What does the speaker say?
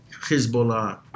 Hezbollah